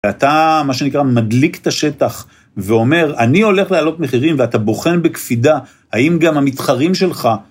ואתה, מה שנקרא, מדליק את השטח ואומר, אני הולך להעלות מחירים, ואתה בוחן בקפידה, האם גם המתחרים שלך...